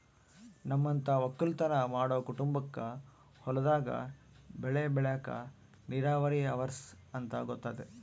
ನಮ್ಮಂತ ವಕ್ಕಲುತನ ಮಾಡೊ ಕುಟುಂಬಕ್ಕ ಹೊಲದಾಗ ಬೆಳೆ ಬೆಳೆಕ ನೀರಾವರಿ ಅವರ್ಸ ಅಂತ ಗೊತತೆ